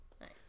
Nice